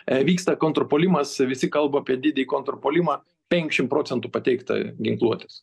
vyksta kontrpuolimas visi kalba apie didį kontrpuolimą penkiasdešim procentų pateikta ginkluotės